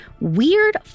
weird